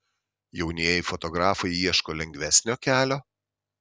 jaunieji fotografai ieško lengvesnio kelio